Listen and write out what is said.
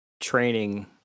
training